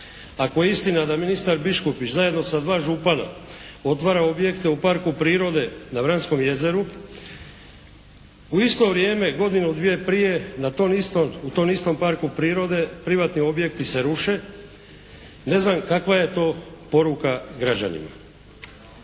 ako je istina da ministar Biškupić zajedno sa dva župana otvara objekte u parku prirode na Vranskom jezeru u isto vrijeme godinu, dvije prije na tom istom parku prirode privatni objekti se ruše. Ne znam kakva je to poruka građanima.